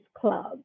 club